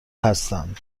هستند